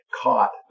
caught